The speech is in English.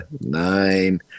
nine